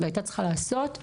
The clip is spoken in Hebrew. והייתה צריכה לעשות אתמול.